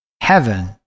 heaven